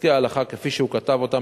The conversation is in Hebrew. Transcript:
בפסקי ההלכה כפי שהוא כתב אותם,